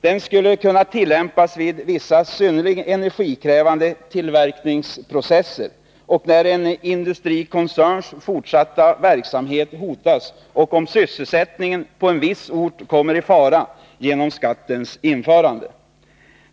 Den skulle kunna tillämpas vid vissa synnerligen energikrävande tillverkningsprocesser och när en industrikoncerns fortsatta verksamhet hotas och om sysselsättningen på en viss ort kommer i fara genom skattens införande.